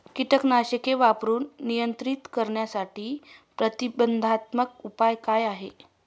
कीटकनाशके वापरून नियंत्रित करण्यासाठी प्रतिबंधात्मक उपाय काय आहेत?